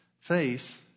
faith